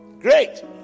great